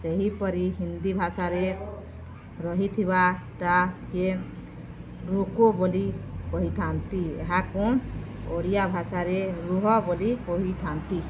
ସେହିପରି ହିନ୍ଦୀ ଭାଷାରେ ରହିଥିବା ତାକେ ରୋକ ବୋଲି କହିଥାନ୍ତି ଏହାକୁ ଓଡ଼ିଆ ଭାଷାରେ ରୁହ ବୋଲି କହିଥାନ୍ତି